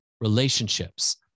relationships